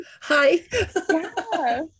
hi